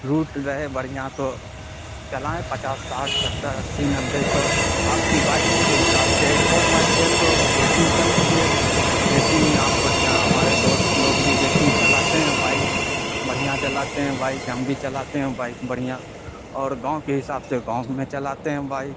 route رہے بڑھیا تو چلائیں پچاس ساٹھ ستر اسی نبے سو آپ کی بائک کے حساب سے اسپورٹ بائک ہے تو ریسنگ کر لیجیے ریسنگ میں آپ بڑھیا ہمارے دوست لوگ بھی ریسنگ چلاتے ہیں بائک بڑھیا چلاتے ہیں بائک ہم بھی چلاتے ہیں بائک بڑھیا اور گاؤں کے حساب سے گاؤں میں چلاتے ہیں بائک